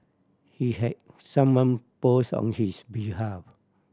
he had someone post on his behalf